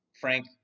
Frank